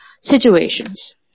situations